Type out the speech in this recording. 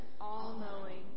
all-knowing